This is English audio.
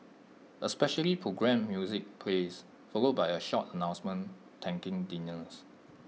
A specially programmed music plays followed by A short announcement thanking dinners